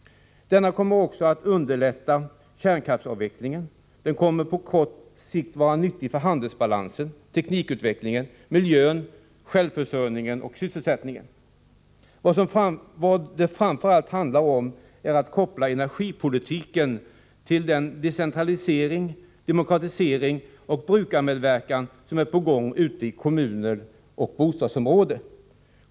Den kommer också att underlätta kärnkraftsavvecklingen. Den kommer på kort sikt att vara nyttig för handelsbalansen, teknikutvecklingen, miljön, självförsörjningen och sysselsättningen. Vad det framför allt handlar om är att koppla energipolitiken till den decentralisering, demokratisering och brukarmedverkan som är på gång ute i kommuner och bostadsområden.